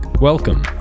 Welcome